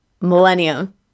millennium